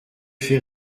fait